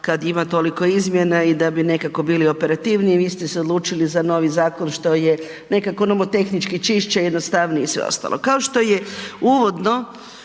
kad ima toliko izmjena i da bi nekako bili operativniji, vi ste se odlučili za novi zakon što je nekako nomotehnički čišće i jednostavno i sve ostalo. Kao što je uvodno